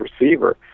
receiver